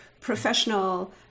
professional